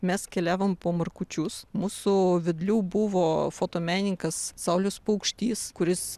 mes keliavom po markučius mūsų vedliu buvo fotomenininkas saulius paukštys kuris